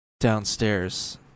downstairs